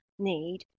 need